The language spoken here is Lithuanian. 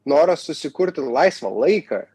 noras susikurti laisvą laiką